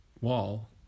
wall